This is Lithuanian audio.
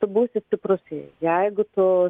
tu būsi stiprus jeigu tu